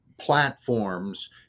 platforms